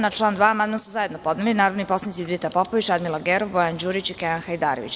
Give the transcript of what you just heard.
Na član 2. amandman su zajedno podneli narodni poslanici Judita Popović, Radmila Gerov, Bojan Đurić i Kenan Hajdarević.